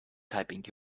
typing